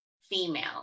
female